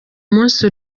munsi